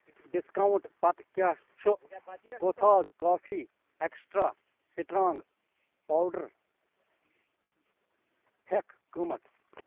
discount پتہٕ کیٛاہ چھُ کوتھاز کافی اٮ۪کٕسٹرٛا سٕٹرانٛگ پاوڈَر پھٮ۪کھ قۭمتھ